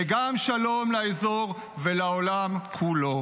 חזון שיביא גם יציבות וגם שלום לאזור ולעולם כולו.